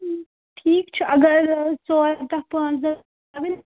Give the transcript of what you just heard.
ٹھیٖک چھُ اگر ژور دۅہ پانٛژھ دۅہ لگن